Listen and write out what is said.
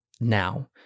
now